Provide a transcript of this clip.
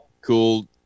Cool